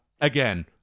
Again